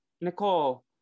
Nicole